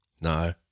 No